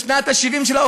בשנת ה-70 שלה,